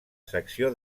secció